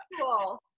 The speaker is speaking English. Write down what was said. cool